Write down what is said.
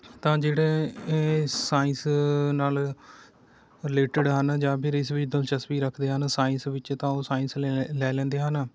ਤਾਂ ਜਿਹੜੇ ਏ ਸਾਇੰਸ ਨਾਲ ਰੀਲੇਟਡ ਹਨ ਜਾਂ ਫਿਰ ਇਸ ਵਿੱਚ ਦਿਲਚਸਪੀ ਰੱਖਦੇ ਹਨ ਸਾਇੰਸ ਵਿੱਚ ਤਾਂ ਉਹ ਸਾਇੰਸ ਲੈ ਲੈ ਲੈ ਲੈਂਦੇ ਹਨ